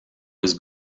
was